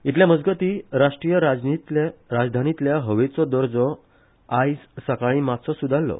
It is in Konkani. इतल्या मजगती राष्ट्रीय राजधानीतल्या हवेचो दर्जो आयज सकाळी मातसो सुधारलो